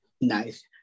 nice